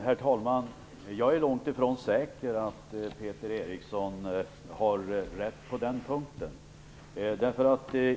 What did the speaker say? Herr talman! Jag är långt ifrån säker på att Peter Eriksson har rätt på den punkten.